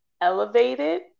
elevated